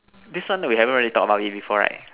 this one we haven't really talk about it before right